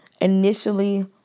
initially